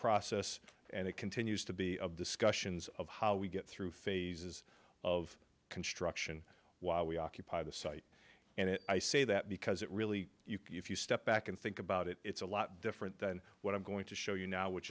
process and it continues to be a discussions of how we get through phases of construction while we occupy the site and it i say that because it really you can if you step back and think about it it's a lot different than what i'm going to show you now which